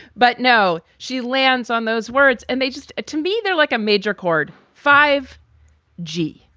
but, no, she lands on those words and they just to me, they're like a major chord. five g.